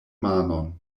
manon